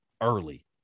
early